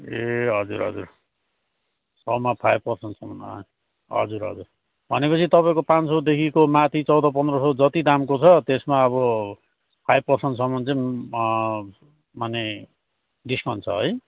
ए हजुर हजुर सयमा फाइभ पर्सेन्टसम्म हजुर हजुर भनेपछि तपाईँको पाँच सौदेखिको माथि चौध पन्ध्र सौ जति दामको छ त्यसमा अब पाइभ पर्सेन्टसम्म चाहिँ माने डिस्काउन्ट छ है